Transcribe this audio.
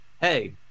hey